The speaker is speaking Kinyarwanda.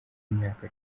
w’imyaka